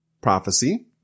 prophecy